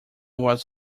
was